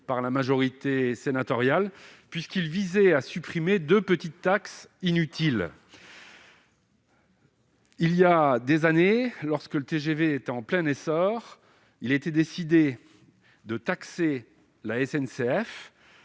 cet amendement qui visait à supprimer deux petites taxes inutiles. Il y a des années, lorsque le TGV était en plein essor, il a été décidé de taxer la SNCF